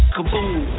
Kaboom